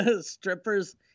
strippers